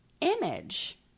image